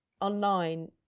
online